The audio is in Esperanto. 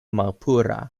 malpura